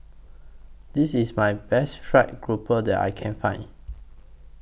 This IS My Best Fried Grouper that I Can Find